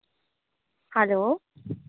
hello